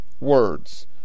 words